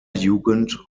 jugend